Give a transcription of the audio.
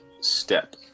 step